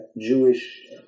Jewish